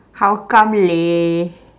how come leh